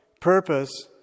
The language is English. purpose